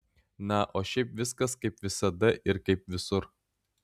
na o šiaip viskas kaip visada ir kaip visur